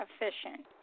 efficient